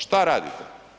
Šta radite?